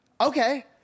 okay